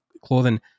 clothing